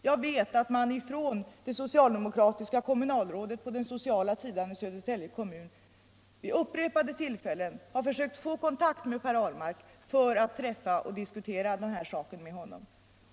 Jag vet att det socialdemokratiska kommunalrådet på den sociala sidan i Södertälje kommun vid upprepade tillfällen försökt att få kontakt med Per Ahlmark för att träffa honom och diskutera den här saken.